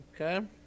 Okay